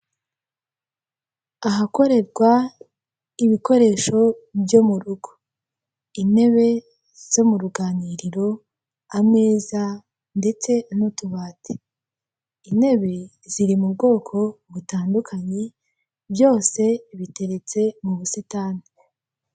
Ahakorerwa ibikoresho byo mu rugo; intebe zo mu ruganiriro, ameza ndetse n'utubati, intebe ziri mu bwoko butandukanye byose biteretse m'ubusitani.